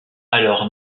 alors